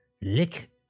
lick